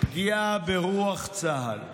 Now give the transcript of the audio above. פגיעה ברוח צה"ל,